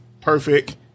perfect